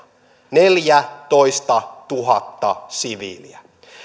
neljätoistatuhatta siviiliä